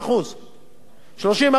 הם מקבלים 4,000 שקלים,